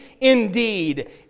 indeed